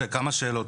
יש לי כמה שאלות,